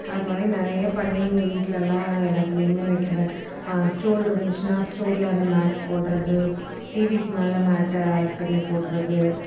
அது மாதிரி நிறைய பண்ணி எங்கள் வீட்டில்லெல்லாம் எல்லாத்துலையுமே வக்கிவேன் ஸ்டூல் இருந்துச்சின்னா ஸ்டூலில் அந்த மேட் போட்றது டீவிக்கு மேலே மேட்டை பின்னி போட்றது